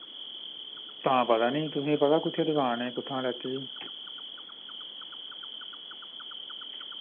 तां पता नी तुसें पता कुत्थे दुकान ऐ कुत्थां लैते दी